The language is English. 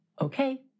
Okay